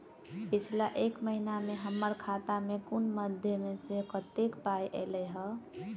पिछला एक महीना मे हम्मर खाता मे कुन मध्यमे सऽ कत्तेक पाई ऐलई ह?